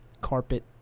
carpet